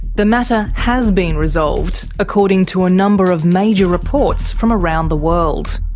the matter has been resolved, according to a number of major reports from around the world.